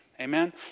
amen